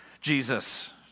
Jesus